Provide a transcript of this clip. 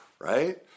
right